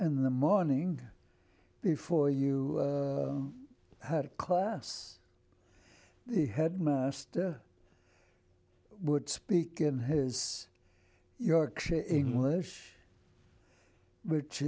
in the morning before you had class the headmaster would speak in his yorkshire english which